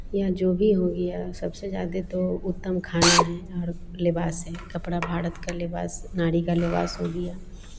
या जो भी हो गिया सबसे ज़्यादे तो उत्तम खाना है और लिबास है कपड़ा भारत का लिबास नारी का लिबास हो गया